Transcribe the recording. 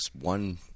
one